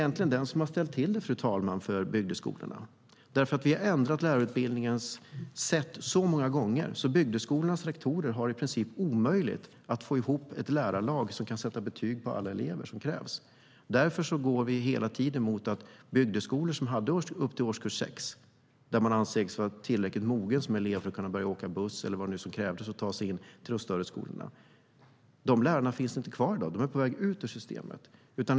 Lärarutbildningen har ställt till det för bygdeskolorna. Vi har ändrat lärarutbildningen så många gånger att det i princip är omöjligt för bygdeskolornas rektorer att få ihop ett lärarlag som kan sätta betyg på alla elever. De lärare som fanns i bygdeskolorna, som eleverna gick i till årskurs 6 då de ansågs vara mogna nog att åka buss eller på annat sätt ta sig in till de större skolorna, finns inte kvar. De är på väg ut ur systemet.